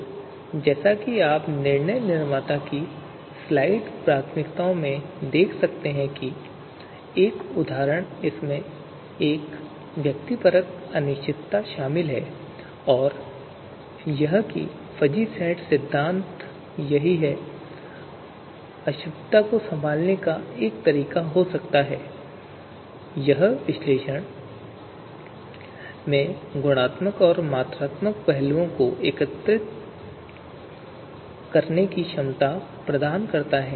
तो जैसा कि आप निर्णय निर्माता की स्लाइड प्राथमिकताओं में देख सकते हैं कि एक उदाहरण इसमे ऐक व्यक्तिपरक अनिश्चितता शामिल है और की फजी सेट सिद्धांत है आशुधता को संभलने का तारिका हो सकता है यह विश्लेषण में गुणात्मक और मात्रात्मक पहलुओं को एकीकृत करने की क्षमता प्रदान करता है